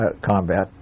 combat